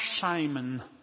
Simon